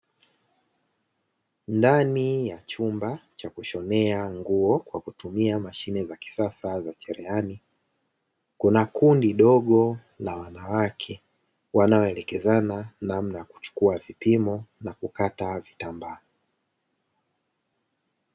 Ndani ya chumba cha kushonea nguo kwa kutumia mashine za kisasa za cherehani, kuna kundi dogo la wanawake wanaoelekezana namna ya kuchukua vipimo na kukata vitambaa.